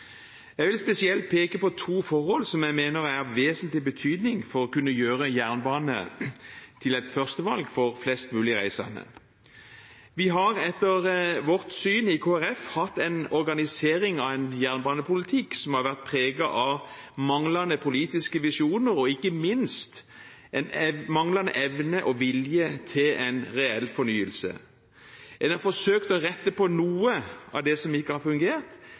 Jeg vil spesielt peke på to forhold som jeg mener er av vesentlig betydning for å kunne gjøre jernbane til et førstevalg for flest mulig reisende. Etter Kristelig Folkepartis syn har vi hatt en organisering av jernbanen som har vært preget av manglende politiske visjoner og, ikke minst, manglende evne og vilje til en reell fornyelse. En har forsøkt å rette på noe av det som ikke har fungert,